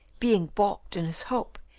being balked in his hope,